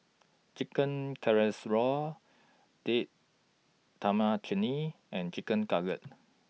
Chicken Casserole Date Tamarind Chutney and Chicken Cutlet